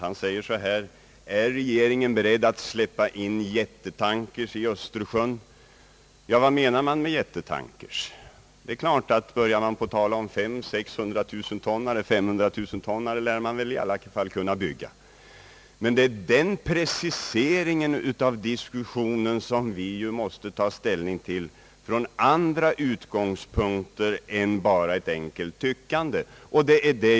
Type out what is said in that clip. Han frågar: Är regeringen beredd att släppa in jättetankers i Östersjön? Vad menar man med jättetankers? Det är klart att man kan tala om jättetankers när det är fråga om fem-, sexhundratusentonnare — femhundratusentonnare lär man väl kunna bygga — men det är en sådan precisering av diskussionen som vi måste ta ställning till från. andra utgångspunkter än bara ett enkelt tyckande.